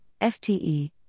FTE